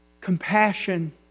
compassion